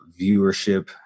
viewership